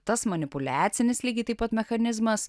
tas manipuliacinis lygiai taip pat mechanizmas